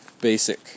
basic